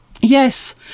Yes